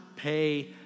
pay